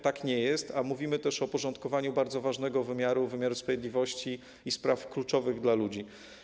Tak nie jest, a mówimy o porządkowaniu bardzo ważnego wymiaru, wymiaru sprawiedliwości, o sprawach kluczowych dla ludzi.